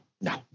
no